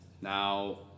Now